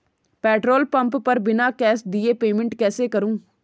Petrol pump पर बिना cash दिए पेमेंट कैसे करूँ?